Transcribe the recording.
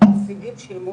ההישגים של מוניה,